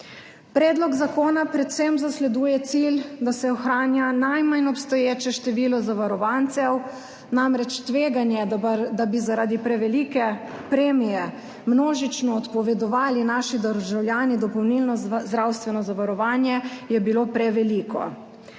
Predlog zakona predvsem zasleduje cilj, da se ohranja najmanj obstoječe število zavarovancev, namreč tveganje, da bi zaradi prevelike premije naši državljani množično odpovedovali dopolnilno zdravstveno zavarovanje, je bilo preveliko.